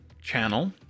channel